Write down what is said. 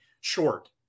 short